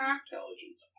intelligence